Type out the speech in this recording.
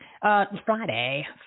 Friday